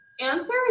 answer